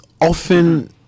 often